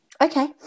Okay